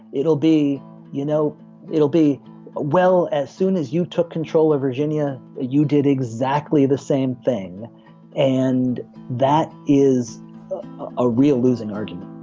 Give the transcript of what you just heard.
it'll be you know it'll be well as soon as you took control of virginia you did exactly the same thing and that is a real losing argument